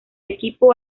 equipo